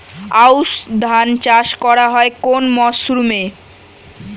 আউশ ধান চাষ করা হয় কোন মরশুমে?